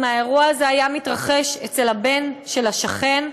אם האירוע הזה היה מתרחש עם הבן של השכן,